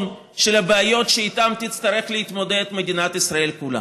של הבעיות שאיתן תצטרך להתמודד מדינת ישראל כולה.